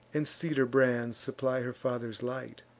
and cedar brands supply her father's light.